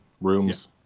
rooms